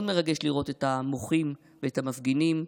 מאוד מרגש לראות את המוחים ואת המפגינים.